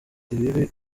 ibibi